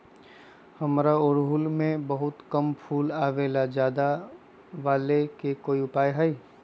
हमारा ओरहुल में बहुत कम फूल आवेला ज्यादा वाले के कोइ उपाय हैं?